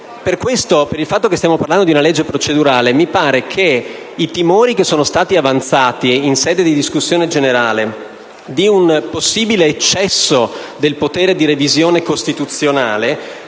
per il fatto che stiamo parlando di una legge procedurale - mi pare che i timori che sono stati avanzati in sede di discussione generale di un possibile eccesso del potere di revisione costituzionale